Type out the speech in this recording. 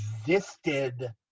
existed